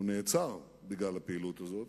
הוא נעצר בגלל הפעילות הזאת,